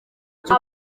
cyo